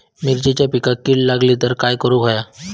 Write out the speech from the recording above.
मिरचीच्या पिकांक कीड लागली तर काय करुक होया?